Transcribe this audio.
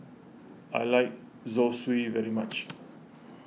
I like Zosui very much